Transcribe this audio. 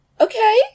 Okay